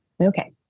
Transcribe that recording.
Okay